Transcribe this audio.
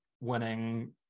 winning